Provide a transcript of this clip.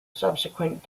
subsequent